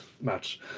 match